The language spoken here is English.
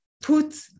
put